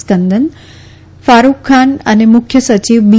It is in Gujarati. સ્કન્દન ફારૂક ખાન અને મુખ્ય સચિવ બી